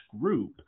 group